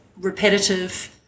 repetitive